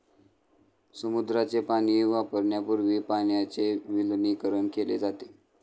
समुद्राचे पाणी वापरण्यापूर्वी पाण्याचे विलवणीकरण केले जाते